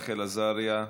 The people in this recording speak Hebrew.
רחל עזריה,